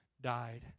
died